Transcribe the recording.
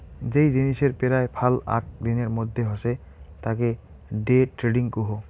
যেই জিনিসের পেরায় ফাল আক দিনের মধ্যে হসে তাকে ডে ট্রেডিং কুহ